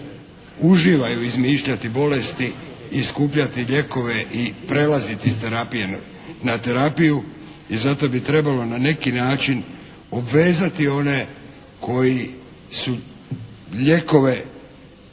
uživaju izmišljati bolesti i skupljati lijekove i prelaziti s terapije na terapiju. I zato bi trebalo na neki način obvezati one koji su lijekove